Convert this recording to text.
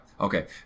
Okay